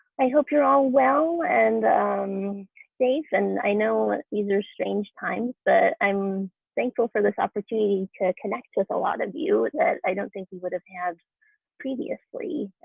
i hope you're all well and safe. and i know these are strange times but i'm thankful for this opportunity to connect with a lot of you that i don't think would have had previously,